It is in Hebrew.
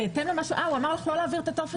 בהתאם למה ש הוא אמר לך לא להעביר את טופס התלונה?